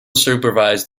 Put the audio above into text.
supervised